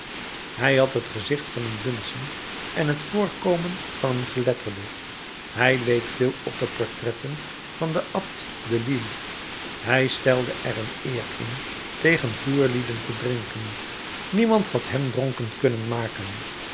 hij had het gezicht van een bunsing en het voorkomen van een geletterde hij leek veel op de portretten van den abt delille hij stelde er een eer in tegen voerlieden te drinken niemand had hem dronken kunnen maken